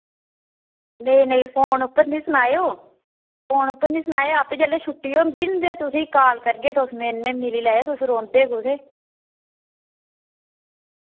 नेईं नेईं फोन उप्पर नि सनाएओ फोन उप्पर नि सनाएओ आपे जिल्लै छुट्टी होंदी नि ते तुसें काल करगे तुस मेरे ने मिली लैएयो तुस रौंह्नदे कुत्थै